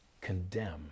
condemn